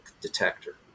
detector